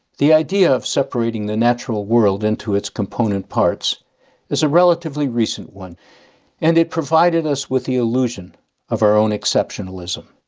the idea of separating the natural world into its component parts is a relatively recent one and it provided us with the illusion of our own exceptionalism,